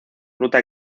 ruta